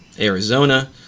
Arizona